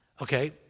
Okay